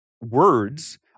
words